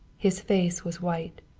his face was white.